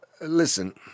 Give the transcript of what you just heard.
Listen